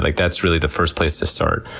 like that's really the first place to start.